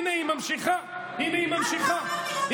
גם אתה גר בשכונה הזאת.